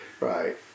Right